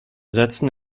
setzen